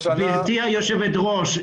גברתי היושבת-ראש,